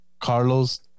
Carlos